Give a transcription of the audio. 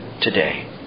today